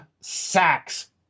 sacks